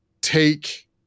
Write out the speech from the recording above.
take